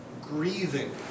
grieving